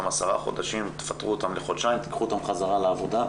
עשרה חודשים ולפטר אותם לחודשיים ולקחת אותם לעבודה,